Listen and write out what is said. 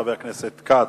חבר הכנסת כץ.